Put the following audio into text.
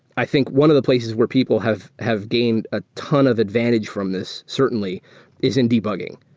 i think one of the places where people have have gained a ton of advantage from this certainly is in debugging,